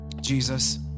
Jesus